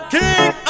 King